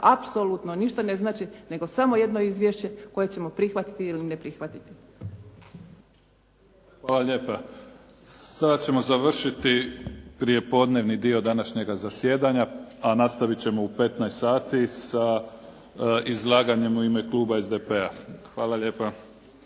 apsolutno ništa ne znači, nego samo jedno izvješće koje ćemo prihvatiti ili ne prihvatiti. **Mimica, Neven (SDP)** Hvala lijepa. Sada ćemo završiti prijepodnevni dio današnjega zasjedanja, a nastavit ćemo u 15,00 sati sa izlaganjem u ime kluba SDP-a. Hvala lijepa.